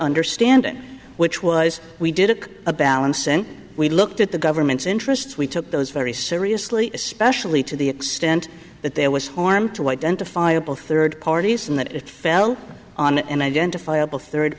understanding which was we did it a balance and we looked at the government's interests we took those very seriously especially to the extent that there was harm to identifiable third parties and that it fell on an identifiable third